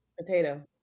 potato